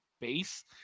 base